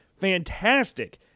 fantastic